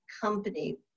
company